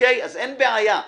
אז אין בעיה.